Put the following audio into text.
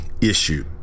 issue